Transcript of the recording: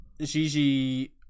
Gigi